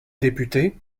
députés